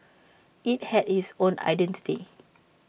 IT had its own identity